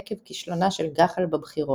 עקב כישלונה של גח"ל בבחירות.